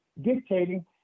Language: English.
dictating